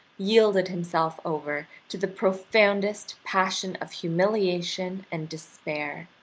yielded himself over to the profoundest passion of humiliation and despair.